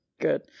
good